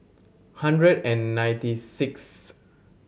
hundred and ninety sixth